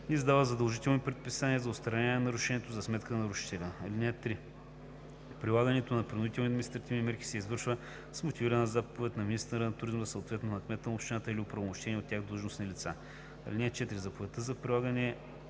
издава задължителни предписания за отстраняване на нарушението за сметка на нарушителя. (3) Прилагането на принудителните административни мерки се извършва с мотивирана заповед на министъра на туризма, съответно – на кмета на общината, или на оправомощени от тях длъжностни лица. (4) Заповедта за прилагане